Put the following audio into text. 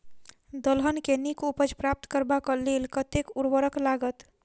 दलहन केँ नीक उपज प्राप्त करबाक लेल कतेक उर्वरक लागत?